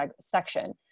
section